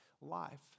life